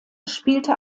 spielte